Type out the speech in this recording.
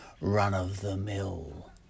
run-of-the-mill